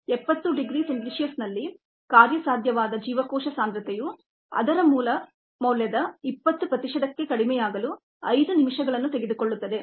70 degree C ನಲ್ಲಿ viable cell concentration ಅದರ ಮೂಲ ಮೌಲ್ಯದ 20 ಪ್ರತಿಶತಕ್ಕೆ ಕಡಿಮೆಯಾಗಲು 5 ನಿಮಿಷಗಳನ್ನು ತೆಗೆದುಕೊಳ್ಳುತ್ತದೆ